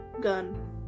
gun